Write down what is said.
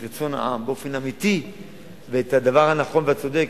רצון העם באופן אמיתי ואת הדבר הנכון והצודק,